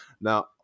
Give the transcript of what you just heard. Now